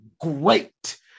great